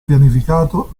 pianificato